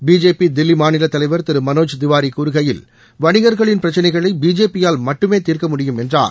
BJP தில்லி மாநிலத் தலைவர் திரு மனோஜ் திவாரி கூறுகையில் வணிகர்களின் பிரச்னைகளை பிஜேபியால் மட்டுமே தீர்க்கமுடியும் என்றார்